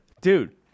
Dude